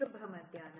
ಶುಭ ಮಧ್ಯಾಹ್ನ